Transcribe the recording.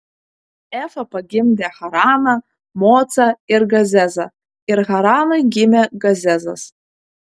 efa pagimdė haraną mocą ir gazezą ir haranui gimė gazezas